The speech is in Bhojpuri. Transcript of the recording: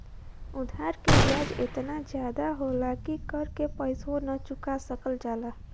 उधारी क बियाज एतना जादा होला कि कर के पइसवो ना चुका सकल जाला